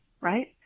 Right